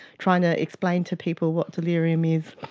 trying to explain to people what delirium is,